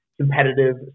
competitive